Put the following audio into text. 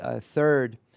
third